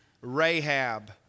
Rahab